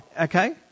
okay